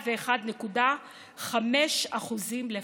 101.5% לפחות,